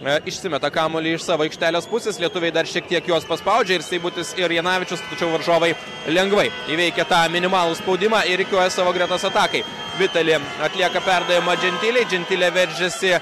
išsimeta kamuolį iš savo aikštelės pusės lietuviai dar šiek tiek juos paspaudžia ir seibutis ir janavičius tačiau varžovai lengvai įveikia tą minimalų spaudimą ir rikiuoja savo gretas atakai vitali atlieka perdavimą džentilei džentilė veržiasi